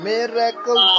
Miracle